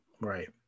right